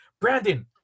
Brandon